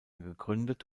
gegründet